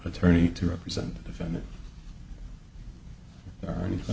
attorney to represent a defendant or anything